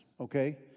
okay